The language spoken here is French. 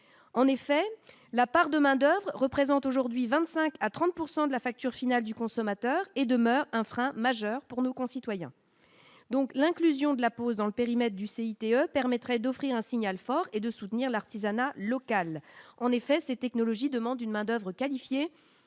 en effet la part de main-d'oeuvre représente aujourd'hui 25 à 30 pourcent de la fin. Sur finale du consommateur et demeure un frein majeur pour nos concitoyens, donc l'inclusion de la pause dans le périmètre du CICE permettrait d'offrir un signal fort et de soutenir l'artisanat local, en effet, ces technologies demande une main-d'oeuvre qualifiée